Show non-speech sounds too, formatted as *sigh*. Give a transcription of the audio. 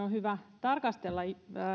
*unintelligible* on hyvä tarkastella